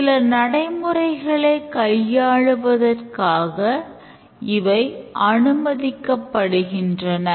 சில நடைமுறைகளை கையாள்வதற்காக இவை அனுமதிக்கப்படுகின்றன